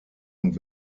und